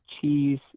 cheese